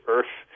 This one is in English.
Earth